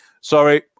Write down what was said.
Sorry